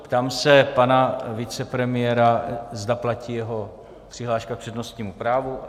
Ptám se pana vicepremiéra, zda platí jeho přihláška k přednostnímu právu.